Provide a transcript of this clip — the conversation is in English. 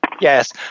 Yes